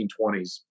1920s